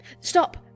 Stop